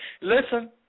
Listen